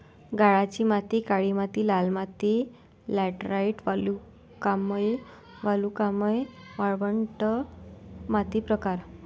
गाळाची माती काळी माती लाल माती लॅटराइट वालुकामय वालुकामय वाळवंट माती प्रकार